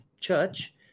church